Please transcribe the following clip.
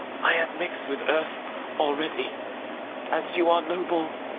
i am mix'd with earth already as you are noble,